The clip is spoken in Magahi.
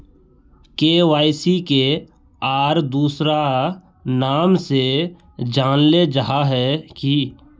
के.वाई.सी के आर दोसरा नाम से जानले जाहा है की?